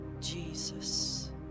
Jesus